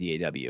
DAW